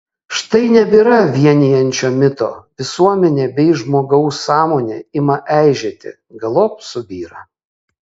štai nebėra vienijančio mito visuomenė bei žmogaus sąmonė ima eižėti galop subyra